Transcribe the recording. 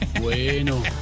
Bueno